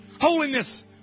holiness